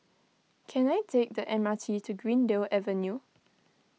can I take the M R T to Greendale Avenue